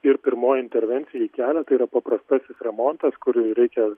ir pirmoji intervencija į kelią tai yra paprastasis remontas kurį reikia